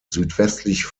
südwestlich